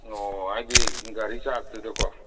ꯑꯣ ꯍꯥꯏꯗꯤ ꯒꯥꯔꯤ ꯆꯥꯔꯖꯇꯨꯗꯀꯣ